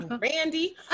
Randy